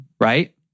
Right